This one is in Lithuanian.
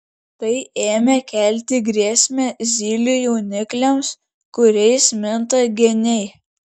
tai ėmė kelti grėsmę zylių jaunikliams kuriais minta geniai